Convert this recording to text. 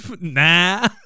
nah